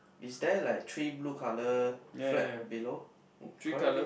is there like three blue colour flat below eh correct leh